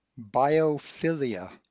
Biophilia